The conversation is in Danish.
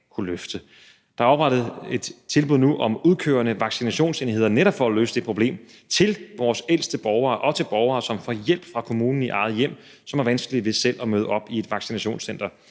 løse det problem, oprettet et tilbud om udkørende vaccinationsenheder til vores ældste borgere og til borgere, som får hjælp fra kommunen i eget hjem, som har vanskeligt ved selv at møde op i et vaccinationscenter.